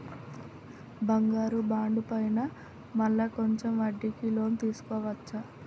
బంగారు బాండు పైన మళ్ళా కొంచెం వడ్డీకి లోన్ తీసుకోవచ్చా?